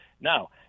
Now